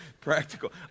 practical